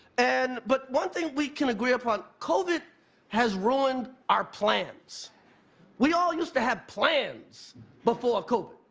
and but one thing we can agree upon, covid has ruined our plans we all used to have plans before covid.